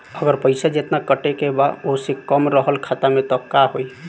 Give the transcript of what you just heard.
अगर पैसा जेतना कटे के बा ओसे कम रहल खाता मे त का होई?